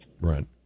Right